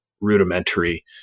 rudimentary